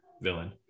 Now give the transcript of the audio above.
villain